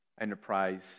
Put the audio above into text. enterprise